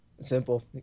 Simple